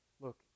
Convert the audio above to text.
Look